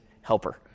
helper